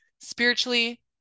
spiritually